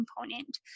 component